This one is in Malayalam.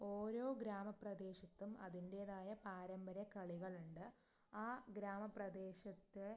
ഓരോ ഗ്രാമ പ്രദേശത്തും അതിന്റേതായ പാരമ്പര്യ കളികളുണ്ട് ആ ഗ്രാമ പ്രദേശത്തെ